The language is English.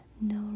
no